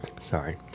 sorry